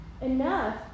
enough